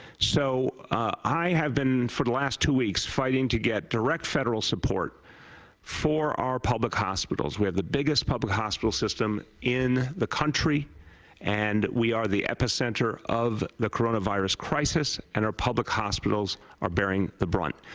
so i have been for the last two weeks fighting to get direct federal support for our public hospitals. we have the biggest public hospital system in the country and we are the epicenter of the coronavirus crisis and our public hospitals are bearing the brunt.